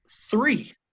three